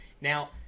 Now